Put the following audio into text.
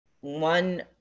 one